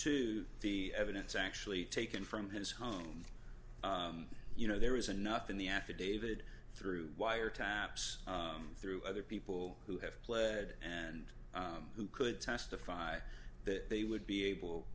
to the evidence actually taken from his home you know there is enough in the affidavit through wire taps through other people who have pled and who could testify that they would be able